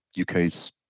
UK's